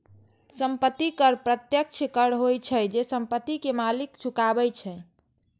संपत्ति कर प्रत्यक्ष कर होइ छै, जे संपत्ति के मालिक चुकाबै छै